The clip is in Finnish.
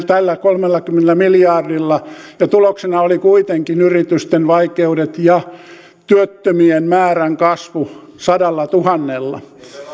tällä kolmellakymmenellä miljardilla ja tuloksena oli kuitenkin yritysten vaikeudet ja työttömien määrän kasvu sadallatuhannella